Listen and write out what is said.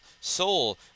Soul